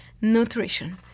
nutrition